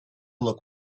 look